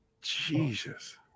jesus